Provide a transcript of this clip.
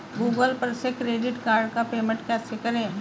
Google पर से credit card का पेमेंट कैसे करें?